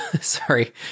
sorry